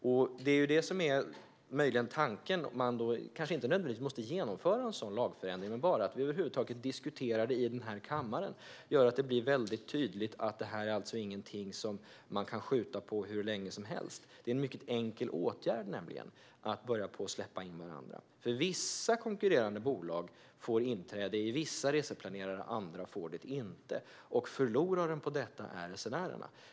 Tanken är möjligen att man inte nödvändigtvis måste genomföra en sådan lagförändring, men bara att vi över huvud taget diskuterar frågan i kammaren gör det tydligt att den inte kan skjutas på hur länge som helst. Det är en mycket enkel åtgärd att släppa in varandra. Vissa konkurrerande bolag får inträde i vissa reseplanerare, andra får det inte. Förlorarna är resenärerna.